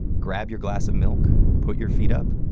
grab your glass of milk, put your feet up,